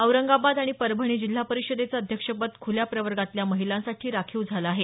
औरंगाबाद आणि परभणी जिल्हा परिषदेचं अध्यक्षपद खुल्या प्रवर्गातल्या महिलांसाठी राखीव झालं आहे